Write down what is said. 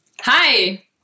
Hi